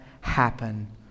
happen